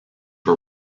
her